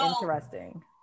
interesting